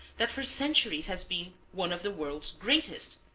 that for centuries has been one of the world's greatest,